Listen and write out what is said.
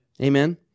Amen